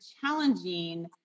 challenging